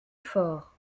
fort